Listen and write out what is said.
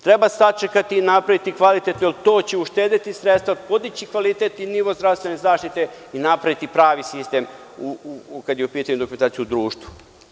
Treba sačekati i napraviti kvalitetno, jer to će uštedeti sredstva, podići kvalitet i nivo zdravstvene zaštite i napraviti pravi sistem kada je u pitanju dokumentacija u društvu.